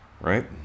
Right